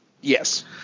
Yes